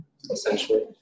Essentially